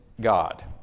god